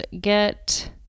get